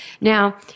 Now